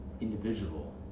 individual